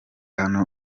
hano